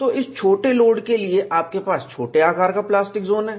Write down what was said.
तो इस छोटे लोड के लिए आपके पास छोटे आकार का प्लास्टिक जोन है